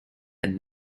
and